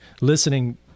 listening